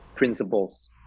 principles